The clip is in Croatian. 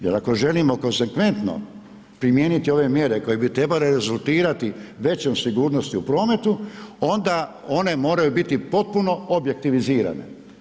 Jer ako želimo konzekventno primijeniti ove mjere koje bi trebale rezultirati većom sigurnosti u prometu, onda one moraju biti potpuno objektivizirane.